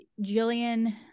Jillian